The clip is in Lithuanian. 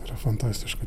yra fantastiška